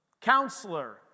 ...Counselor